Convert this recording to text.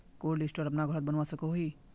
Cold store अपना घोरोत बनवा सकोहो ही?